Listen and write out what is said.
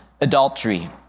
adultery